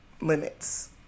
limits